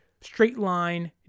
straight-line